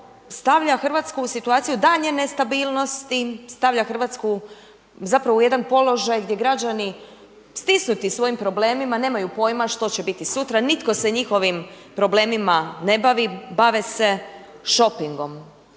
stavlja Hrvatsku u situaciju daljnje nestabilnosti, stavlja Hrvatsku zapravo u jedan položaj gdje građani stisnuti svojim problemima nemaju pojma što će biti sutra, nitko se njihovim problemima ne bavi, bave se šopingom,